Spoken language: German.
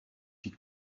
die